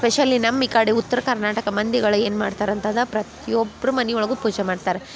specially ನಮ್ ಈ ಕಡೆ ಉತ್ರ ಕರ್ನಾಟಕ ಮಂದಿಗಳು ಏನು ಮಾಡ್ತಾರ ಅಂತಂದು ಪ್ರತಿಯೊಬ್ರ ಮನೆಯೊಳಗೂ ಪೂಜೆ ಮಾಡ್ತಾರೆ